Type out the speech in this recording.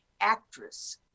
actress